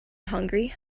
hungry